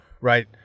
right